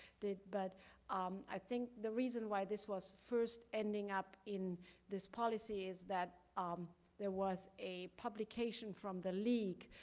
but um i think the reason why this was first ending up in this policy is that um there was a publication from the league,